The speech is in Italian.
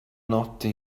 notte